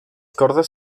cordes